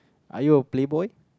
are you a playboy